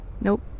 nope